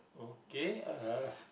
okay uh